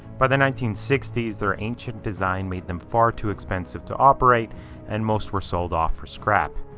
by the nineteen sixty s their ancient design made them far too expensive to operate and most were sold off for scrap.